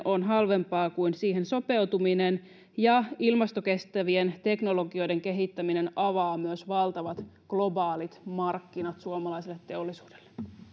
on halvempaa kuin siihen sopeutuminen ja että ilmastokestävien teknologioiden kehittäminen avaa myös valtavat globaalit markkinat suomalaiselle teollisuudelle